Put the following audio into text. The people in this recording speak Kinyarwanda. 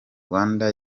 rwanda